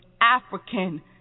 African